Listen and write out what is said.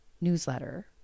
newsletter